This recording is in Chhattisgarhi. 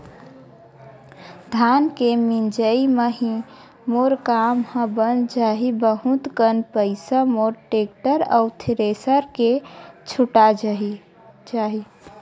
धान के मिंजई म ही मोर काम ह बन जाही बहुत कन पईसा मोर टेक्टर अउ थेरेसर के छुटा जाही